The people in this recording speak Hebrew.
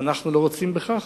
ואנחנו לא רוצים בכך,